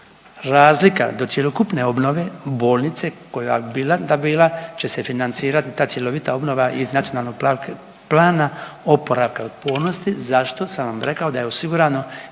Razlika do cjelokupne bolnice koja bila da bila će se financirati, ta cjelovita obnova iz Nacionalnog plana oporavka i otpornosti. Zašto? Sam vam rekao da je osigurano